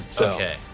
Okay